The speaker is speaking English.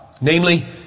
Namely